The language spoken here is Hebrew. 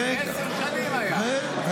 אנחנו